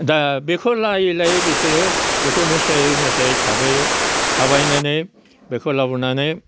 दा बेखौ लायै लायै बेसोरो बेखौ मोसायै मोसायै थाबायो थाबायनानै बेखौ लाबोनानै